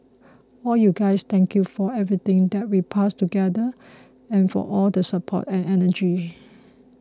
all you guys thank you for everything that we passed together and for all the support and energy